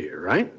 here i'm